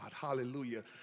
Hallelujah